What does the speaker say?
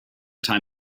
time